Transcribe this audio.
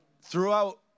throughout